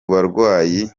barwariye